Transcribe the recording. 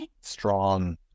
strong